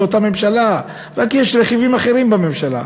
זה אותה ממשלה, רק יש רכיבים אחרים בממשלה.